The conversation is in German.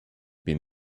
bin